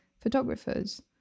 photographers